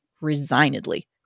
resignedly